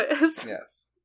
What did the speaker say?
Yes